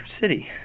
city